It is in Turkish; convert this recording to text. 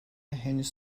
henüz